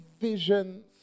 visions